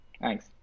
Thanks